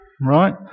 Right